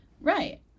Right